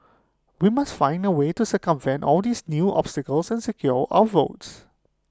we must find A way to circumvent all these new obstacles and secure our votes